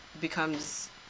becomes